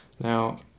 Now